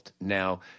Now